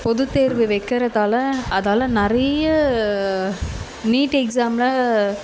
பொதுத்தேர்வு வைக்கிறதால அதால் நிறைய நீட் எக்ஸாமில்